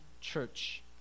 church